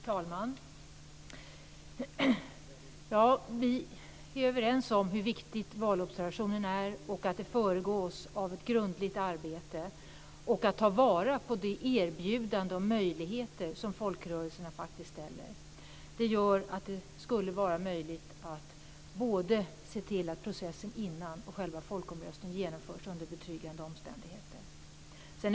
Fru talman! Vi är överens om hur viktiga valobservationerna är, att de ska föregås av ett grundligt arbete och att man tar vara på de erbjudanden och möjligheter som folkrörelserna ställer fram. Det gör att det skulle vara möjligt att se till att både processen före och själva folkomröstningen genomförs under betryggande omständigheter.